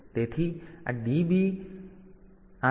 તેથી આ DB તરીકે વ્યાખ્યાયિત થયેલ છે